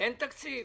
אין תקציב.